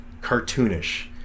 cartoonish